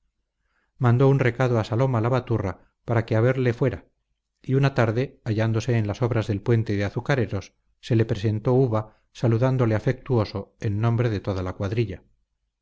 mandó un recado a saloma la baturra para que a verle fuera y una tarde hallándose en las obras del puente de azucareros se le presentó uva saludándole afectuoso en nombre de toda la cuadrilla